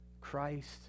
Christ